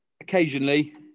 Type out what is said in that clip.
occasionally